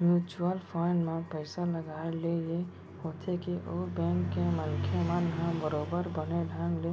mutual fund म पइसा लगाए ले ये होथे के ओ बेंक के मनखे मन ह बरोबर बने ढंग ले